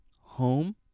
Home